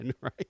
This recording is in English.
right